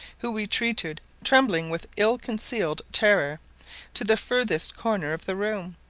who retreated, trembling with ill-concealed terror to the furthest corner of the room.